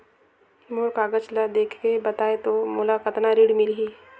मोर कागज ला देखके बताव तो मोला कतना ऋण मिलही?